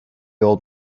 old